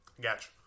Gotcha